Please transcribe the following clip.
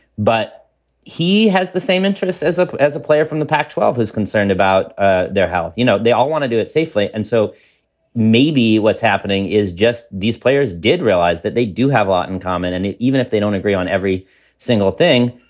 but he has the same interests as ah as a player from the pac twelve is concerned about ah their health. you know, they all want to do it safely. and so maybe what's happening is just these players did realize that they do have a lot in common. and even if they don't agree on every single thing,